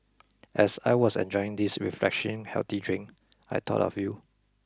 as I was enjoying this refreshing healthy drink I thought of you